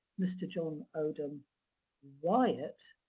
mr. john odom wyatt,